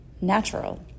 natural